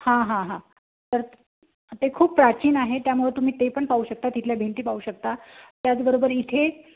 हां हां हां तर ते खूप प्राचीन आहे त्यामुळं तुम्ही ते पण पाहू शकता तिथल्या भिंती पाहू शकता त्याचबरोबर इथे